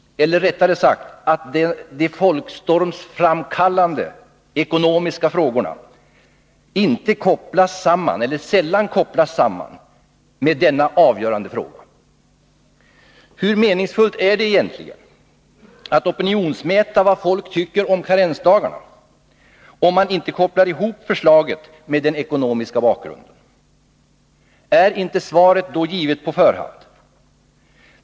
Eller rättare sagt — att de folkstormsframkallande enskilda ekonomiska frågorna så sällan kopplas samman med denna avgörande fråga. Hur meningsfullt är det egentligen att opinionsmäta vad folk tycker om karensdagarna om man inte kopplar samman förslaget med den ekonomiska bakgrunden? Är inte svaret då givet på förhand?